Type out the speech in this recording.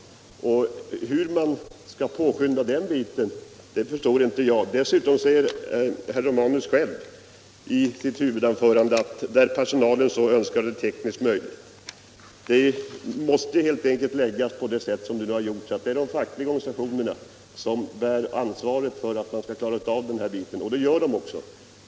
Hur man skall påskynda den biten förstår inte jag. Dessutom sade herr Romanus själv i sitt huvudanförande att en arbetstidsförändring skall ske där personalen så önskar och det är tekniskt möjligt. Det måste helt enkelt vara de fackliga organisationerna som bär ansvaret för att klara den här biten, och det gör de också.